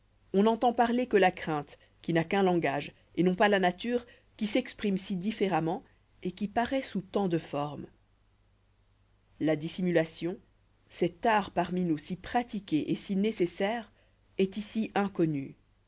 on n'entend parler que la crainte qui n'a qu'un langage et non pas la nature qui s'exprime si différemment et qui paroît sous tant de formes la dissimulation cet art parmi nous si pratiqué et si nécessaire est ici inconnue